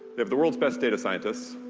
they have the world's best data scientists.